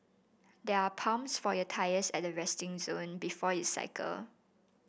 there are pumps for your tyres at the resting zone before you cycle